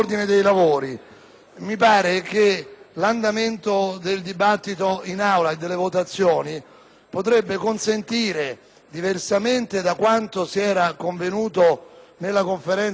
mi pare che l'andamento del dibattito in Aula e delle votazioni potrebbe consentire, diversamente da quanto si era convenuto nella Conferenza dei Capigruppo